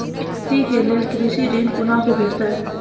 खेती के लेल कृषि ऋण कुना के भेंटते?